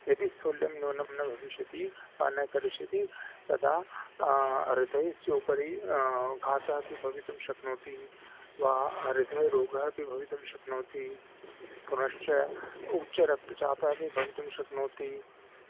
यदि स्थूल्यं न्यूनं न भविष्यति वा न करिष्यति तदा हृदयस्य उपरि घातः अपि भवितुं शक्नोति वा हृदयरोगः अपि भवितुं शक्नोति पुनश्च उच्चरक्तचापः अपि भवितुं शक्नोति